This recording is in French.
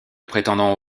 prétendant